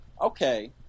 Okay